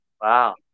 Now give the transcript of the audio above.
wow